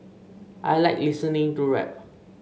I like listening to rap